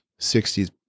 60s